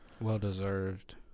Well-deserved